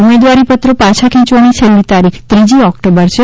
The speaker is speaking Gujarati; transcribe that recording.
ઉમેદવારી પત્રો પાછા ખેંચવાની છેલ્લી તારીખ ત્રીજી ઓકટોબર છે